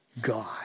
God